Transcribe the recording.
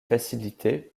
facilitée